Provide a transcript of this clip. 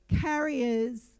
carriers